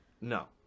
No